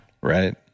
Right